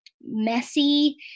messy